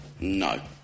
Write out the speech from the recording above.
No